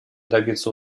добиться